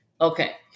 okay